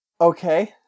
Okay